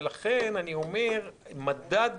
לכן מדד